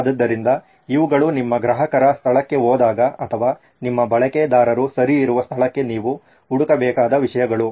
ಆದ್ದರಿಂದ ಇವುಗಳು ನಿಮ್ಮ ಗ್ರಾಹಕರ ಸ್ಥಳಕ್ಕೆ ಹೋದಾಗ ಅಥವಾ ನಿಮ್ಮ ಬಳಕೆದಾರರು ಸರಿ ಇರುವ ಸ್ಥಳಕ್ಕೆ ನೀವು ಹುಡುಕಬೇಕಾದ ವಿಷಯಗಳು